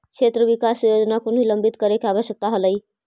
क्षेत्र विकास योजना को निलंबित करे के आवश्यकता हलइ